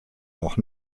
noch